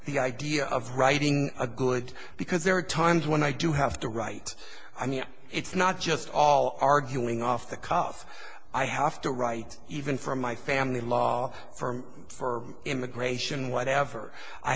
the idea of writing a good because there are times when i do have to write i mean it's not just all arguing off the cuff i have to write even for my family law firm for immigration